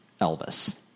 Elvis